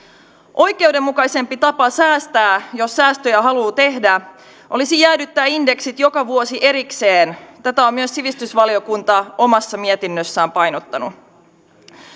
oikeudenmukaisempi tapa säästää jos säästöjä haluaa tehdä olisi jäädyttää indeksit joka vuosi erikseen tätä on myös sivistysvaliokunta omassa mietinnössään painottanut